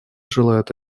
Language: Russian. желают